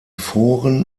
foren